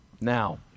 Now